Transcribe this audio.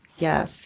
Yes